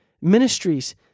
ministries